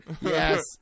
Yes